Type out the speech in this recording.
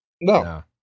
No